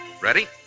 Ready